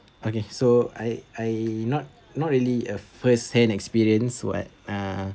okay so I I not not really a first hand experience what uh